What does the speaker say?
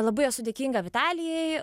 labai esu dėkinga vitalijai